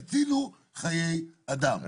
באותו מוצאי שבת,